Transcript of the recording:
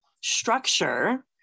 structure